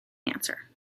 cancer